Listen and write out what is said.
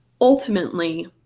ultimately